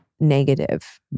negative